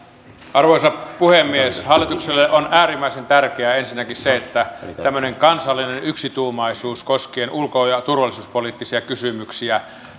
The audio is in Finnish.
arvoisa puhemies hallitukselle on äärimmäisen tärkeää ensinnäkin se että tämmöinen kansallinen yksituumaisuus kos kien ulko ja turvallisuuspoliittisia kysymyksiä